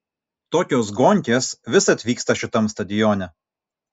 tokios gonkės visad vyksta šitam stadione